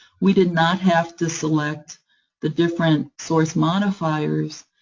we did not have to select the different source modifiers.